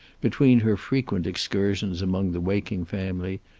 between her frequent excursions among the waking family,